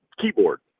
keyboard